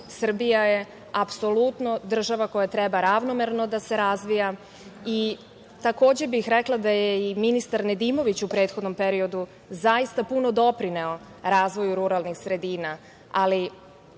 Srbija je apsolutno država koja treba ravnomerno da se razvija i takođe bih rekla da je i ministar Nedimović u prethodnom periodu zaista puno doprineo razvoju ruralnih sredina,